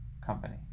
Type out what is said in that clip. company